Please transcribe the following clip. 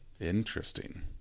Interesting